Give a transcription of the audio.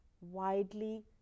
widely